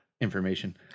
information